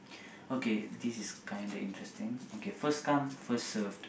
okay this is kind of interesting okay first come first served